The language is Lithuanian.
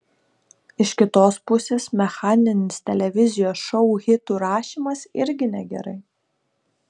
iš kitos pusės mechaninis televizijos šou hitų rašymas irgi negerai